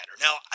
Now